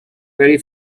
very